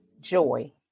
joy